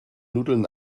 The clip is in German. nudeln